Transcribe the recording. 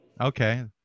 Okay